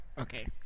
Okay